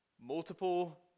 multiple